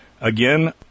again